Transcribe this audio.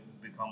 become